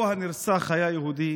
לו הנרצח היה יהודי,